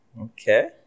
Okay